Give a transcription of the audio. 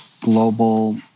global